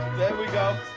we go.